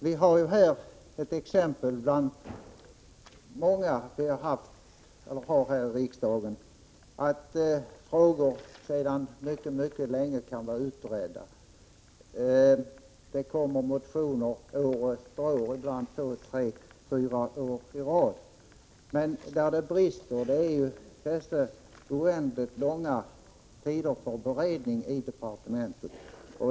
Vi har här ett exempel bland många i riksdagen på att frågor sedan mycket, mycket länge kan vara utredda. Det kommer motioner år efter år — ibland två, tre och fyra år i rad. Men bristen är att det tar så oändligt lång tid i vederbörande departement.